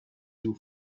you